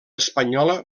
espanyola